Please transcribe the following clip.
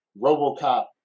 RoboCop